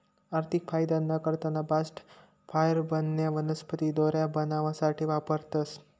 आर्थिक फायदाना करता बास्ट फायबरन्या वनस्पती दोऱ्या बनावासाठे वापरतास